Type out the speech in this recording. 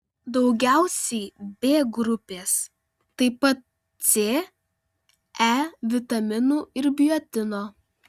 daugiausiai b grupės taip pat c e vitaminų ir biotino